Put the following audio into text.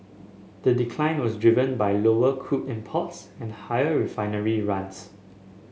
the decline was driven by lower crude imports and higher refinery runs